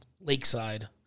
Lakeside